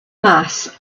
mass